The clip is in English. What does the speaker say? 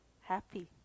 Happy